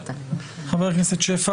חבר הכנסת קריב,